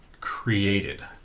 created